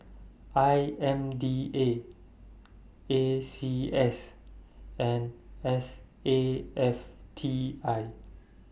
I M D A A C S and S A F T I